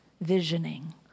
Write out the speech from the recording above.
visioning